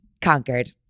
conquered